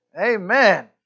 Amen